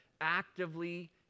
actively